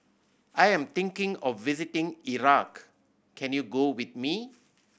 I am thinking of visiting Iraq can you go with me